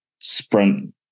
sprint